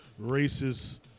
racist